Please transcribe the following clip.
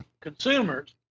consumers